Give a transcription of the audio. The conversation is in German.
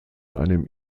einem